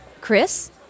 Chris